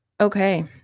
okay